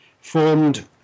formed